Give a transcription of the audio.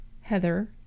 heather